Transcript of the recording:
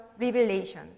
revelation